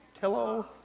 Hello